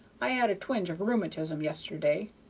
i had a twinge of rheumatism yesterday.